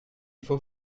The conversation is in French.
faut